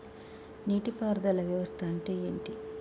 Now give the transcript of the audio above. నీటి పారుదల వ్యవస్థ అంటే ఏంటి?